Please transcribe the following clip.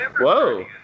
Whoa